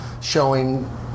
showing